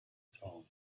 town